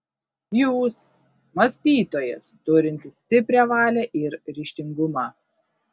jūs mąstytojas turintis stiprią valią ir ryžtingumą